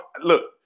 look